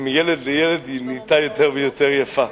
ומילד לילד היא נהייתה יותר ויותר יפה.